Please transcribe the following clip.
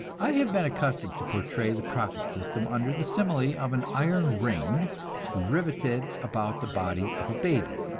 i have been accustomed to portray the profit system under the simile of an iron ring riveted about the body of a baby.